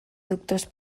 doctors